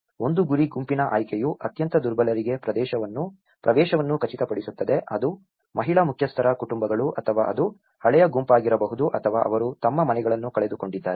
ಒಂದು ಗುರಿ ಗುಂಪಿನ ಆಯ್ಕೆಯು ಅತ್ಯಂತ ದುರ್ಬಲರಿಗೆ ಪ್ರವೇಶವನ್ನು ಖಚಿತಪಡಿಸುತ್ತದೆ ಅದು ಮಹಿಳಾ ಮುಖ್ಯಸ್ಥರ ಕುಟುಂಬಗಳು ಅಥವಾ ಅದು ಹಳೆಯ ಗುಂಪಾಗಿರಬಹುದು ಅಥವಾ ಅವರು ತಮ್ಮ ಮನೆಗಳನ್ನು ಕಳೆದುಕೊಂಡಿದ್ದರೆ